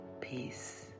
Peace